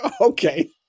Okay